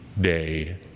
day